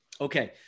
Okay